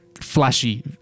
flashy